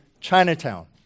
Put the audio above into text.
Chinatown